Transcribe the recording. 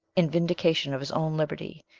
in vindication of his own liberty,